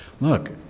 look